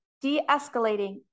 De-escalating